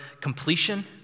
completion